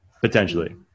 potentially